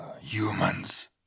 Humans